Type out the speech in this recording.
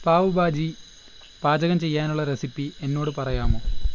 പാവ് ഭാജി പാചകം ചെയ്യാനുള്ള റെസിപ്പി എന്നോട് പറയാമോ